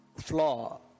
flaw